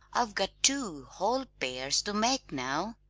i've got two whole pairs to make now!